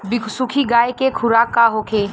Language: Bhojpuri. बिसुखी गाय के खुराक का होखे?